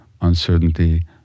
uncertainty